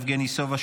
יבגני סובה,